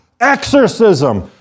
exorcism